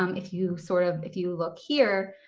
um if you sort of, if you look here,